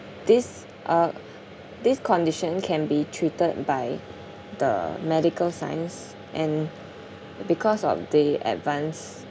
this uh this condition can be treated by the medical science and because of the advanced